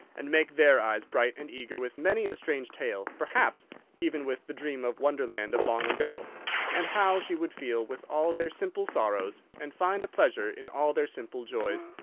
and make their eyes bright and eager with many a strange tale, perhaps even with the dream of wonderland of long ago and how she would feel with all their simple sorrows, and find a pleasure in all their simple joys,